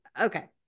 okay